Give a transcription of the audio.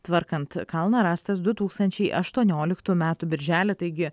tvarkant kalną rastas du tūkstančiai aštuonioliktų metų birželį taigi